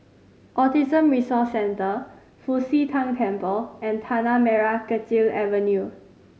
Autism Resource Centre Fu Xi Tang Temple and Tanah Merah Kechil Avenue